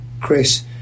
Chris